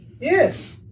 yes